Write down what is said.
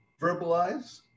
Verbalize